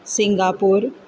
Singapore